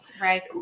Right